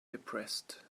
depressed